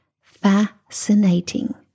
Fascinating